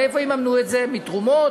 מאיפה הם יממנו את זה, מתרומות?